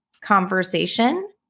conversation